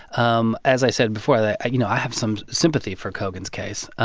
um as i said before, that, you know, i have some sympathy for hogan's case.